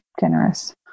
Generous